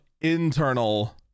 internal